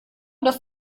dass